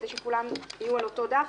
כדי שכולם יהיו על אותו דף,